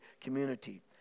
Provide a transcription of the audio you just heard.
community